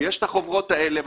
ויש החוברות האלה,